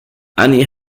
annie